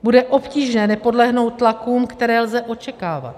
Bude obtížné nepodlehnout tlakům, které lze očekávat.